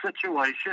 situation